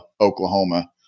Oklahoma